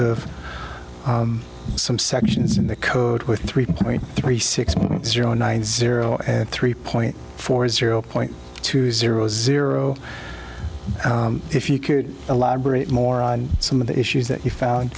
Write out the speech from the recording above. of some sections in the code were three point three six zero nine zero three point four zero point two zero zero if you could elaborate more on some of the issues that you found